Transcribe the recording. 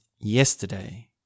yesterday